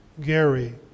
Gary